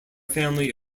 family